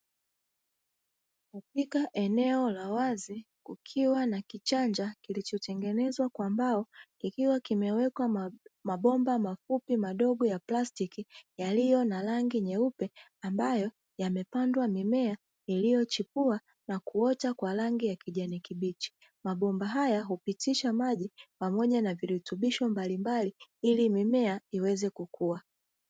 Katika eneo la wazi kukiwa na kichanja, kilicho tengenezwa kwa mbao, kikiwa kimewekwa mabomba mafupi madogo ya plastiki yaliyo na rangi nyeupe ambayo yamepandwa mimea iliyochipua na kutoa kwa rangi ya kijani kibichi. Mabomba haya hupitisha maji pamoja na virutubisho mbalimbali ili mimea iweze kukua.